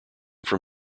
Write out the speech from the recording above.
from